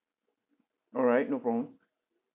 alright no problem